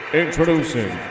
introducing